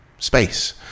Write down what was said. space